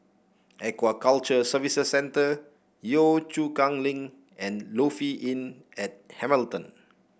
Aquaculture Services Centre Yio Chu Kang Link and Lofi Inn at Hamilton